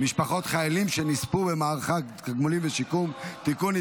משפחות חיילים שנספו במערכה (תגמולים ושיקום) (תיקון,